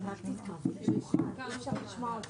--- אני ממשיך את מה שהיא אומרת.